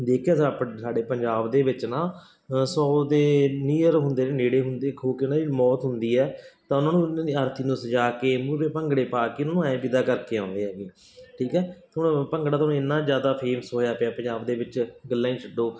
ਦੇਖਿਆ ਸਪ ਸਾਡੇ ਪੰਜਾਬ ਦੇ ਵਿੱਚ ਨਾ ਸੌ ਦੇ ਨੀਅਰ ਹੁੰਦੇ ਨੇੜੇ ਹੁੰਦੇ ਖੂ ਕੇ ਮੌਤ ਹੁੰਦੀ ਹੈ ਤਾਂ ਉਹਨਾਂ ਨੂੰ ਉਹਨਾਂ ਦੀ ਅਰਥੀ ਨੂੰ ਸਜਾ ਕੇ ਮੂਹਰੇ ਭੰਗੜੇ ਪਾ ਕੇ ਉਹਨਾਂ ਨੂੰ ਐਂ ਵਿਦਾ ਕਰਕੇ ਆਉਂਦੇ ਹੈਗੇ ਠੀਕ ਹੈ ਹੁਣ ਭੰਗੜਾ ਤਾਂ ਹੁਣ ਇੰਨਾ ਜ਼ਿਆਦਾ ਫੇਮਸ ਹੋਇਆ ਪਿਆ ਪੰਜਾਬ ਦੇ ਵਿੱਚ ਗੱਲਾਂ ਹੀ ਛੱਡੋ